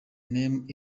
name